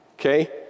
Okay